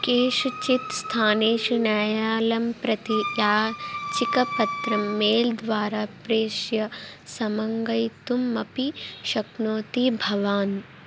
केषुचित् स्थानेषु न्यायालयं प्रति याचिकपत्रं मेल् द्वारा प्रेष्य समङ्गयितुम् अपि शक्नोति भवान्